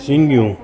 सिङियूं